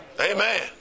Amen